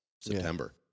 September